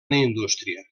indústria